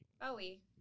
Bowie